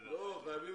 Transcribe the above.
כך.